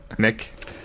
Nick